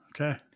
okay